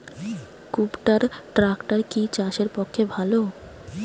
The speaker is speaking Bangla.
কুবটার ট্রাকটার কি চাষের পক্ষে ভালো?